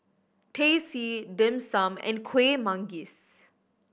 Teh C Dim Sum and Kuih Manggis